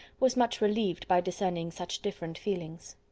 was much relieved by discerning such different feelings.